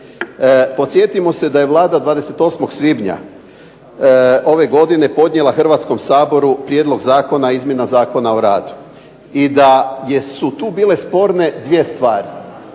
Podsjetimo se da je Vlada 28. svibnja ove godine podnijela Hrvatskom saboru Prijedlog zakona o izmjenama Zakona o radu i da su tu bile sporne dvije stvari.